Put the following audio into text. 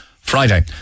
Friday